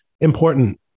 important